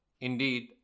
indeed